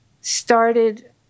started